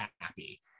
happy